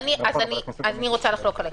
אני רוצה לחלוק עליך.